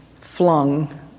flung